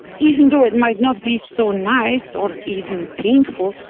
even though it might not be so nice or even painful,